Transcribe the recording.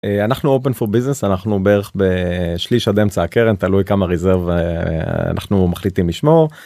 אנחנו אופן for business אנחנו בערך בשליש עד אמצע הקרן תלוי כמה ריזרב אנחנו מחליטים לשמוע.